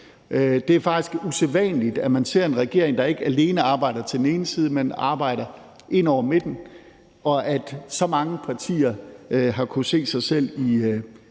Det er faktisk usædvanligt, at man ser en regering, der ikke alene arbejder til den ene side, men arbejder ind over midten, og at så mange partier har kunnet se sig selv i